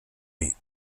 eat